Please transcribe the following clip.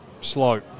slow